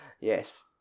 yes